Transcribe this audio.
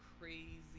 crazy